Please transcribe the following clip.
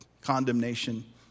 condemnation